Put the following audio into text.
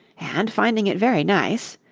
and finding it very nice,